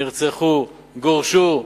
נרצחו, גורשו,